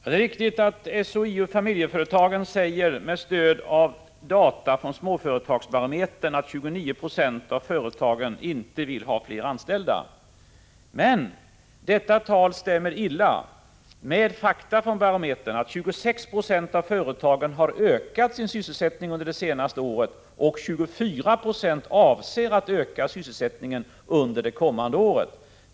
Herr talman! Det är riktigt att SHIO-Familjeföretagen med stöd av data från småföretagsbarometern säger att 29 Jo av företagen inte vill ha fler anställda. Men detta tal stämmer illa med fakta från barometern — att 26 90 av företagen har ökat sin sysselsättning under det senaste året och 24 96 avser att öka sysselsättningen under det kommande året.